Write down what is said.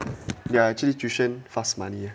ya actually tuition fast money